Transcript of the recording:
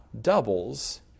doubles